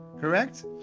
Correct